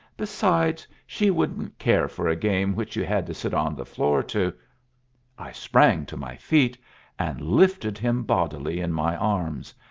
besides, she wouldn't care for a game which you had to sit on the floor to i sprang to my feet and lifted him bodily in my arms,